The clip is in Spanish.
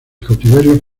cautiverio